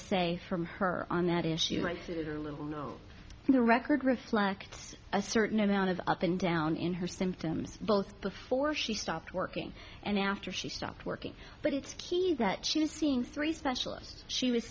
se from her on that issue might sit in her little nose and the record reflects a certain amount of up and down in her symptoms both before she stopped working and after she stopped working but it's key that she was seeing three specialist she was